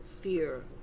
fear